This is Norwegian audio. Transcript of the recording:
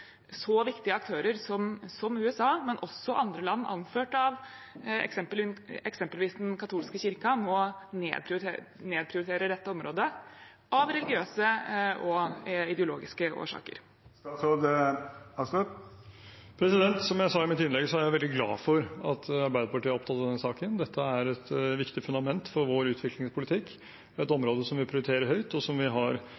så viktige aktører som USA – men også andre, anført av eksempelvis den katolske kirken – nå nedprioriterer dette området av religiøse og ideologiske årsaker. Som jeg sa i mitt innlegg, er jeg veldig glad for at Arbeiderpartiet er opptatt av denne saken. Dette er et viktig fundament for vår utviklingspolitikk. Det er et